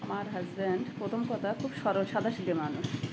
আমার হাজব্যান্ড প্রথম কথা খুব সরল সাদা সিধে মানুষ